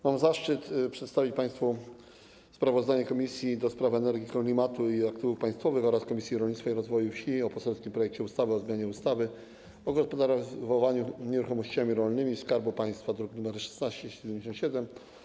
Mam zaszczyt przedstawić państwu sprawozdanie Komisji do Spraw Energii, Klimatu i Aktywów Państwowych oraz Komisji Rolnictwa i Rozwoju Wsi o poselskim projekcie ustawy o zmianie ustawy o gospodarowaniu nieruchomościami rolnymi Skarbu Państwa, druk nr 1677.